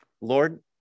Lord